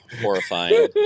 horrifying